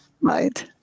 Right